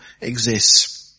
exists